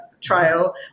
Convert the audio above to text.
Trial